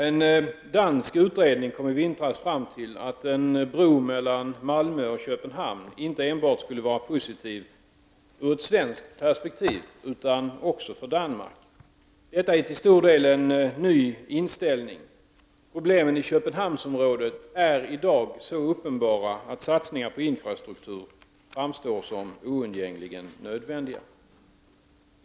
En dansk utredning kom i vintras fram till att en bro mellan Malmö och Köpenhamn skulle vara positiv inte enbart ur svenskt perspektiv utan också för Danmark. Detta är till stor del en ny inställning. Problemen i Köpenhamnsområdet är i dag så uppenbara, att satsningar på infrastruktur framstår som oundgängligen nödvändiga.